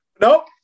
Nope